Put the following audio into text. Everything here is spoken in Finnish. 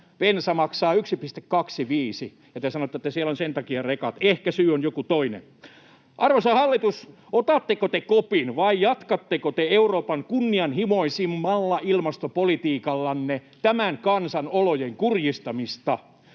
bensa maksaa 1,25 — ja te sanotte, että siellä on sen takia rekat. Ehkä syy on joku toinen. Arvoisa hallitus, otatteko te kopin vai jatkatteko te Euroopan kunnianhimoisimmalla ilmastopolitiikallanne tämän kansan olojen kurjistamista?